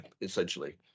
essentially